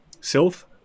sylph